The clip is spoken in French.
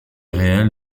réelle